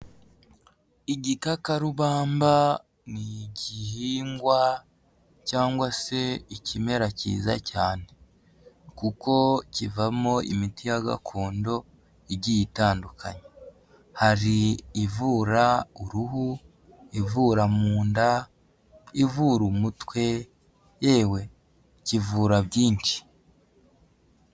Igikakarubamba ni igihingwa cyangwa se ikimera cyiza cyane kuko kivamo imiti ya gakondo igiye itandukanye. Hari ivura uruhu, ivura mu nda, ivura umutwe, yewe kivura byinshi!